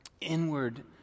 inward